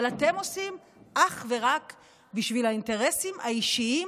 אבל אתם עושים אך ורק בשביל האינטרסים האישיים,